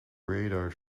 radar